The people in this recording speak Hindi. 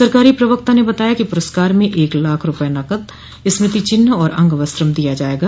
सरकारी प्रवक्ता ने बताया है कि पुरस्कार में एक लाख रूपये नकद स्मृति चिन्ह और अंगवस्त्रम दिया जाएगा